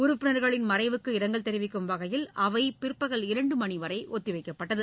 உறுப்பினர்களின் மறைவுக்கு இரங்கல் தெரிவிக்கும் வகையில் அவை பிற்பகல் இரண்டு மணி வரை ஒத்திவைக்கப்பட்டது